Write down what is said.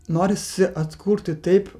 norisi atkurti taip